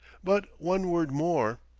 but one word more.